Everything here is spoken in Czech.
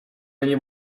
není